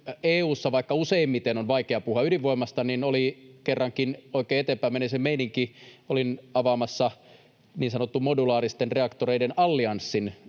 EU:ssa, vaikka useimmiten on vaikea puhua ydinvoimasta, oli kerrankin oikein eteenpäinmenemisen meininki. Olin avaamassa niin sanotun modulaaristen reaktoreiden allianssin